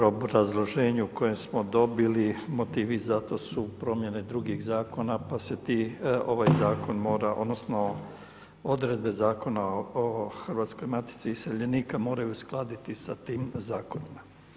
Po obrazloženju kojem smo dobili motivi za to su promjene drugih zakona pa se ovaj zakon mora, odnosno odredbe Zakona o Hrvatskoj matici iseljenika moraju uskladiti sa tim zakonima.